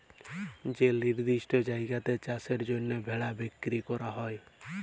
যে লিরদিষ্ট জায়গাতে চাষের জ্যনহে ভেড়া বিক্কিরি ক্যরা হ্যয়